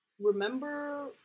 remember